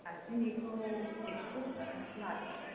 सासेनिखौ एकस' दस थाखासो लादो